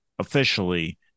officially